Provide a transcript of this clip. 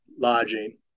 lodging